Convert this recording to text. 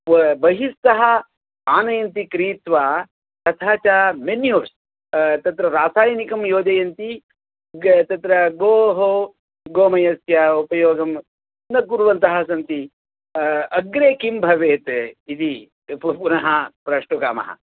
बहिस्तः आनयन्ति क्रीत्वा तथा च मेन्यूस् तत्र रासायनिकं योजयन्ति ग तत्र गोः गोमयस्य उपयोगं न कुर्वन्तः सन्ति अग्रे किं भवेत् इति पुनः प्रष्टुकामः